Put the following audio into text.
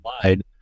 slide